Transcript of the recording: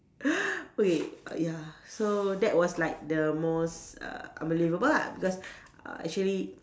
okay err ya so that was like the most uh unbelievable lah because uh actually